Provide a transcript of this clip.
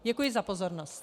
Děkuji za pozornost.